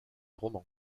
romans